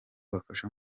babafasha